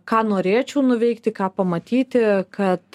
ką norėčiau nuveikti ką pamatyti kad